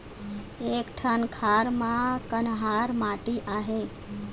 एक ठन खार म कन्हार माटी आहे?